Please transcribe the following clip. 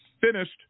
finished